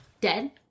Dead